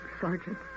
Sergeant